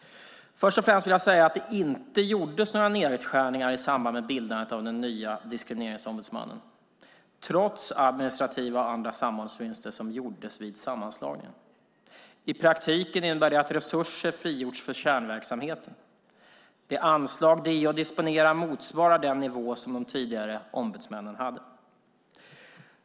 Först och främst vill jag säga att det inte gjordes några nedskärningar i samband med bildandet av nya Diskrimineringsombudsmannen trots de administrativa och andra samordningsvinster som gjordes vid sammanslagningen. I praktiken innebär detta att resurser frigjorts för kärnverksamheten. Det anslag DO disponerar motsvarar den nivå som de tidigare ombudsmännen hade.